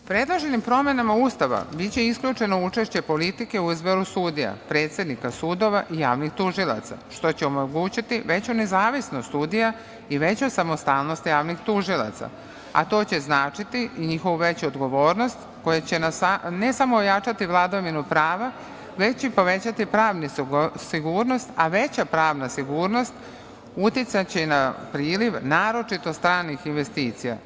Predloženim promena Ustava biće isključeno učešće politike u izboru sudija, predsednika sudova i javnih tužilaca što će omogućiti veću nezavisnost sudija i veću samostalnost javnih tužilaca, a to će značiti i njihovu veću odgovornost koja će, ne samo ojačati vladavinu prava, već i povećati pravnu sigurnost, a veća pravna sigurnost uticaće i na priliv naročito stranih investicija.